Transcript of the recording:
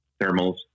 thermals